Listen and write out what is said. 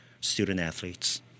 student-athletes